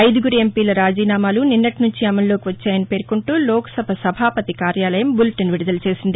ఐదుగురు ఎంపీల రాజీనామాలు నిన్నటి సుంచి అమలులోకి వచ్చాయని పేర్కొంటూ లోక్సభ సభాపతి కార్యాలయం బులిటెన్ విడుదల చేసింది